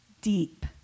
deep